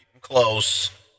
close